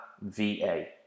V-A